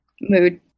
Mood